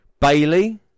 Bailey